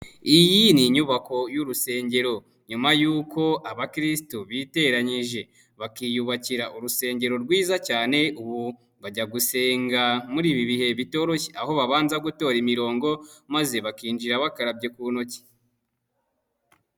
Iyi ni inyubako y'urusengero nyuma yuko abakirisitu biteranyije bakiyubakira urusengero rwiza cyane, ubu bajya gusenga muri ibi bihe bitoroshye aho babanza gutora imirongo maze bakinjira bakarabye ku ntoki.